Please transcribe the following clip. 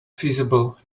feasible